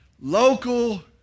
local